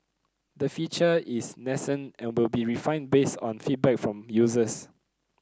the feature is nascent and will be refined based on feedback from users